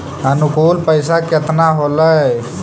अनुकुल पैसा केतना होलय